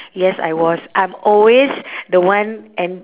yes I was I'm always the one and